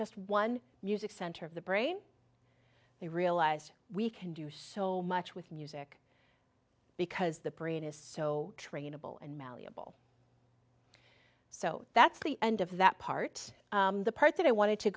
just one music center of the brain they realised we can do so much with music because the brain is so trainable and malleable so that's the end of that part the part that i wanted to